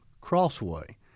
crossway